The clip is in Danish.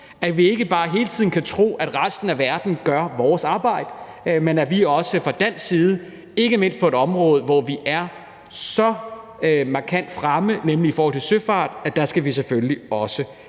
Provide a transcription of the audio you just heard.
at vi ikke bare hele tiden kan tro, at resten af verden gør vores arbejde, men at vi også fra dansk side ikke mindst på et område, hvor vi er så markant fremme, nemlig i forhold til søfart, selvfølgelig også